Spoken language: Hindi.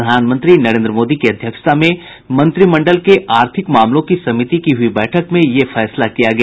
प्रधानमंत्री नरेन्द्र मोदी की अध्यक्षता में मंत्रिमंडल के आर्थिक मामलों की समिति की हुई बैठक में यह फैसला किया गया